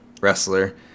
wrestler